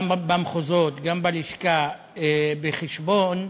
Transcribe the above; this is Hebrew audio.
גם במחוזות, גם בלשכה, בחשבון.